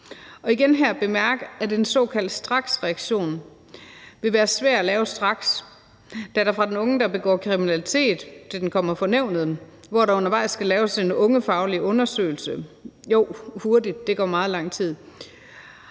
igen her, at en såkaldt straksreaktion vil være svær at lave straks, da der, fra den unge begår kriminalitet, til sagen kommer for nævnet, undervejs skal laves en ungefaglig undersøgelse – jo, hurtigt tager meget lang tid